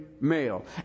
male